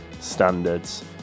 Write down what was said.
standards